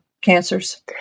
cancers